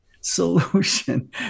solution